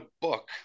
book